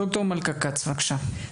ד"ר מלכה כ"ץ, בבקשה.